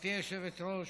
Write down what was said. גברתי היושבת-ראש,